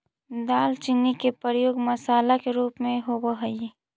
दालचीनी के प्रयोग मसाला के रूप में भी होब हई